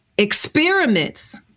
Experiments